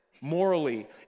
morally